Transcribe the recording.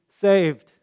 saved